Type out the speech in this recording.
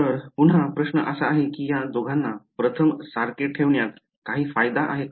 तर पुन्हा प्रश्न असा आहे की या दोघांना प्रथम सारखे ठेवण्यात काही फायदा आहे का